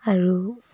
আৰু